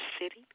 city